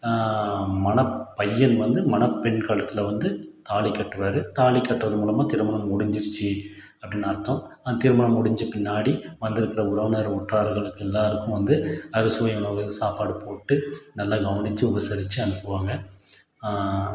மணப்பையன் வந்து மணப்பெண் கழுத்தில் வந்து தாலி கட்டுவார் தாலி கட்டுறது மூலமாக திருமணம் முடிஞ்சிருச்சு அப்படீன்னு அர்த்தம் அந்த திருமணம் முடிஞ்ச பின்னாடி வந்திருக்கிற உறவினர் உற்றார்களுக்கு எல்லோருக்கும் வந்து அறுசுவை உணவு சாப்பாடு போட்டு நல்லா கவனித்து உபசரித்து அனுப்புவாங்க